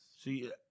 See